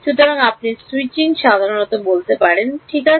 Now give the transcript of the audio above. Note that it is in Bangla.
সুতরাং আপনি Switching সাধারণ বলতে পারেনঠিক আছে